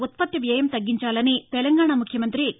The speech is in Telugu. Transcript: ఉత్పత్తి వ్యయం తగ్గించాలని తెలంగాణ ముఖ్యమంతి కే